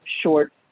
short